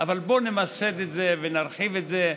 אבל בואו נמסד את זה ונרחיב את זה,